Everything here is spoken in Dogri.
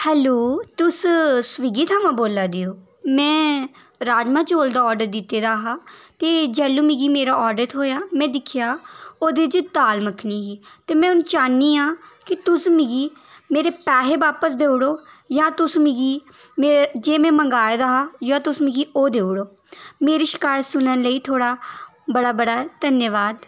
हैलो तुस स्विगी थमां बोल्ला दे ओ में राजमां चौल दा ऑर्डर दित्ते दा हा ते जिसलै मिगी मेरा ऑर्डर थ्होआ में दिक्खेआ ओह्दे च दाल मक्खनी ही ते में हून चाह्न्नी आं कि तुस मिगी मेरे पैहे बापस देई ओड़ो जां तुस मिगी जे में मंगाए दा हा जां तुस मिगी ओह् देई ओड़ो मेरी शकायत सुनन्ने लेई थुहाड़ा बड़ा बड़ा धन्नबाद